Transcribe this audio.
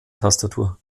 tastatur